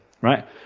right